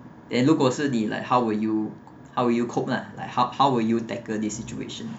then 如果是你 like how will you how will you cope lah like how how will you tackle this situation